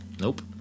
Nope